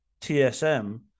TSM